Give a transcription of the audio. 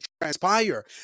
transpire